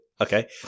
Okay